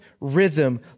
rhythm